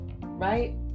right